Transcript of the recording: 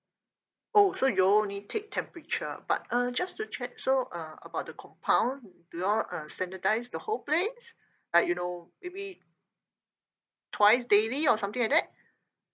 oh so you all need take temperature but uh just to check so uh about the compound do you all uh sanitise the whole place like you know maybe twice daily or something like that